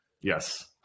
yes